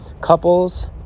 couples